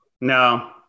no